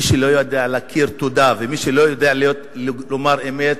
מי שלא יודע להכיר תודה ומי שלא יודע לומר אמת,